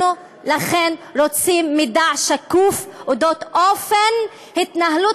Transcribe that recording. לכן אנחנו רוצים מידע שקוף על אופן התנהלות